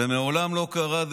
ומעולם לא קרה,